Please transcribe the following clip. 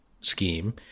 scheme